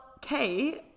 Kate